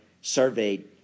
surveyed